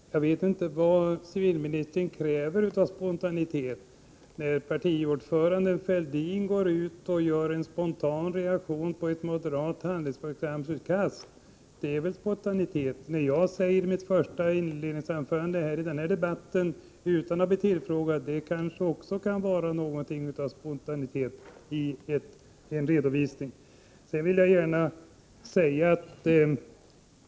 Fru talman! Jag vet inte vad civilministern kräver i fråga om spontanitet. När partiordföranden Thorbjörn Fälldin reagerar på ett moderat utkast till handlingsprogram är det väl en spontan handling. När jag i mitt inledningsanförande, utan att ha blivit tillfrågad, redovisar vår ståndpunkt, är det också en spontan handling.